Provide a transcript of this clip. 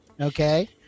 Okay